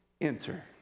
enter